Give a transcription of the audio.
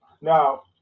Now